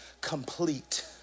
complete